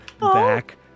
back